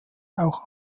auch